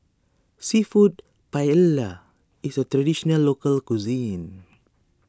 Seafood Paella is a Traditional Local Cuisine